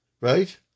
right